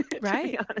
Right